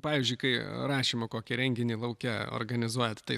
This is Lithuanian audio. pavyzdžiui kai rašymo kokį renginį lauke organizuojat tai